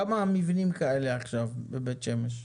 כמה מבנים כאלה יש עכשיו בבית שמש?